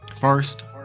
first